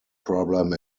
problem